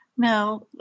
Now